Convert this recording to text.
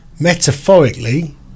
metaphorically